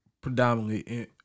predominantly